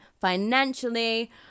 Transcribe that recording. financially